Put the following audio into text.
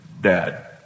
Dad